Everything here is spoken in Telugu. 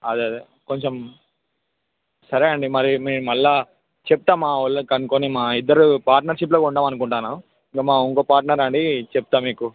అదే అదే కొంచెం సరే అండి మరి మీరు మరల చెప్తాం మా వాళ్ళకు అనుకొని మా ఇద్దరు పార్టనర్షిప్లో కొందాం అనుకుంటున్నాం ఇంకా మా ఇంకో పార్టనర్ అడిగి చెప్తాను మీకు